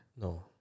No